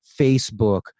Facebook